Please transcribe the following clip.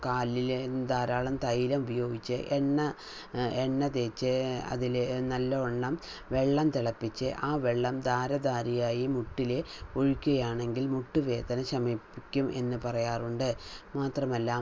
കാലിൽ ധാരാളം തൈലം ഉപയോഗിച്ച് എണ്ണ എണ്ണ തേച്ച് അതിൽ നല്ലവണ്ണം വെള്ളം തിളപ്പിച്ച് ആ വെള്ളം ധാരധാരയായി മുട്ടിൽ ഒഴുക്കുകയാണെങ്കിൽ മുട്ടുവേദന ശമിപ്പിക്കും എന്നു പറയാറുണ്ട് മാത്രമല്ല